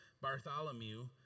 Bartholomew